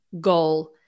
goal